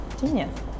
Genius